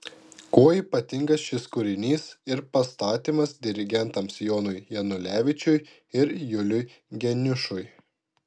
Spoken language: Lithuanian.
kuo ypatingas šis kūrinys ir pastatymas dirigentams jonui janulevičiui ir juliui geniušui